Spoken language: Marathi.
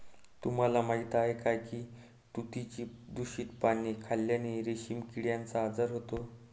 तुम्हाला माहीत आहे का की तुतीची दूषित पाने खाल्ल्याने रेशीम किड्याचा आजार होतो